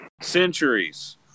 centuries